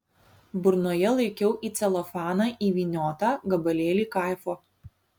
burnoje laikiau į celofaną įvyniotą gabalėlį kaifo